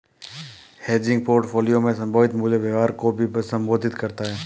hedging portfolio में संभावित मूल्य व्यवहार को भी संबोधित करता हैं